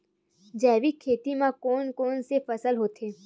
जैविक खेती म कोन कोन से फसल होथे?